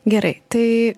gerai tai